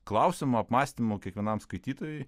klausimų apmąstymų kiekvienam skaitytojui